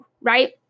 right